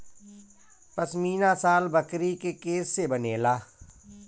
पश्मीना शाल बकरी के केश से बनेला